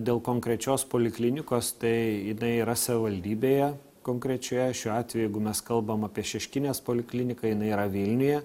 dėl konkrečios poliklinikos tai jinai yra savivaldybėje konkrečioje šiuo atveju jeigu mes kalbam apie šeškinės polikliniką jinai yra vilniuje